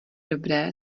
dobré